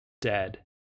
dead